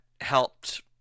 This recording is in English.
helped